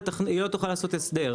היא לא תוכל לעשות הסדר.